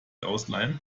ausleihen